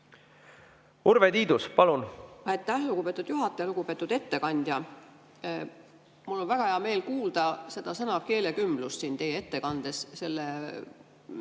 Urve Tiidus, palun!